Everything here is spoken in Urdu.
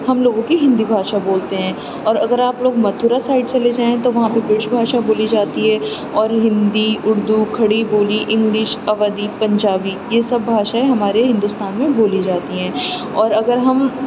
ہم لوگوں کی ہندی بھاشا بولتے ہیں اور اگر آپ لوگ متھورا سائڈ چلے جائیں تو وہاں پہ برج بھاشا بولی جاتی ہے اور ہندی اردو کھڑی بولی انگلش اودھی پنجابی یہ سب بھاشائیں ہمارے ہندوستان میں بولی جاتی ہیں اور اگر ہم